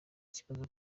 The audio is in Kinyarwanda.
kibazo